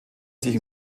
sich